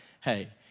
Hey